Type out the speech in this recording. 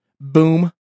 Boom